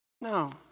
No